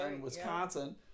Wisconsin